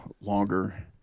longer